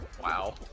Wow